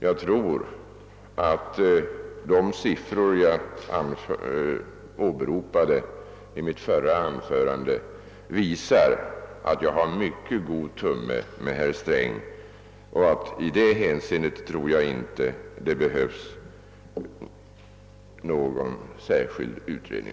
Jag tror att de siffror som jag åberopade i mitt förra anförande visar att jag har mycket bra tumme med herr Sträng. För den sakens skull behövs det nog inte någon särskild utredning.